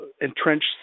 entrenched